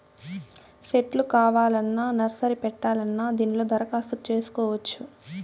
సెట్లు కావాలన్నా నర్సరీ పెట్టాలన్నా దీనిలో దరఖాస్తు చేసుకోవచ్చు